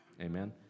Amen